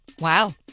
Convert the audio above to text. Wow